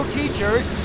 teachers